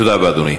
תודה רבה, אדוני.